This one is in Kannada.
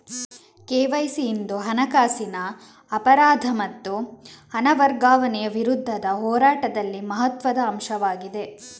ಕೆ.ವೈ.ಸಿ ಇಂದು ಹಣಕಾಸಿನ ಅಪರಾಧ ಮತ್ತು ಹಣ ವರ್ಗಾವಣೆಯ ವಿರುದ್ಧದ ಹೋರಾಟದಲ್ಲಿ ಮಹತ್ವದ ಅಂಶವಾಗಿದೆ